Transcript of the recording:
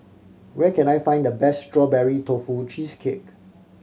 where can I find the best Strawberry Tofu Cheesecake